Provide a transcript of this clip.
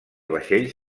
vaixell